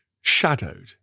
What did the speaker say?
shadowed